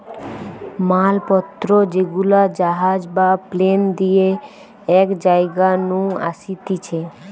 মাল পত্র যেগুলা জাহাজ বা প্লেন দিয়ে এক জায়গা নু আসতিছে